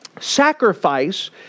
sacrifice